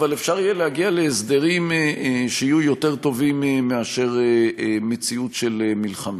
אבל אפשר יהיה להגיע להסדרים שיהיו יותר טובים מאשר מציאות של מלחמה.